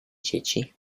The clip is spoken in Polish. dzieci